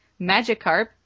Magikarp